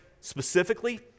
specifically